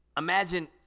Imagine